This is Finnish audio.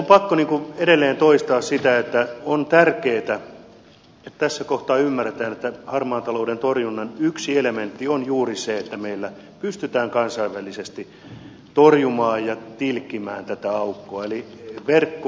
on pakko edelleen toistaa sitä että on tärkeätä että tässä kohtaa ymmärretään että harmaan talouden torjunnan yksi elementti on juuri se että meillä pystytään kansainvälisesti torjumaan ja tilkkimään tätä aukkoa